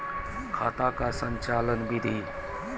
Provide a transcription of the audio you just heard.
खाता का संचालन बिधि?